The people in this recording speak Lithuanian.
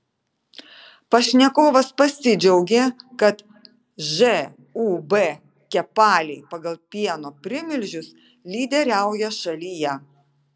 pašnekovas pasidžiaugė kad žūb kepaliai pagal pieno primilžius lyderiauja šalyje